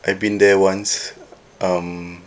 I've been there once um